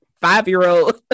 five-year-old